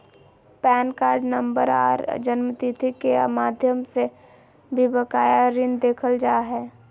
pan card number आर जन्मतिथि के माध्यम से भी बकाया ऋण देखल जा हय